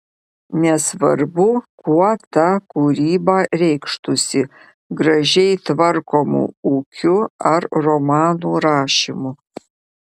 nesvarbu kuo ta kūryba reikštųsi gražiai tvarkomu ūkiu ar romanų rašymu